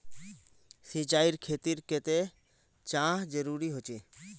सिंचाईर खेतिर केते चाँह जरुरी होचे?